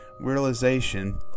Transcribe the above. realization